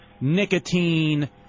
nicotine